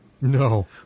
No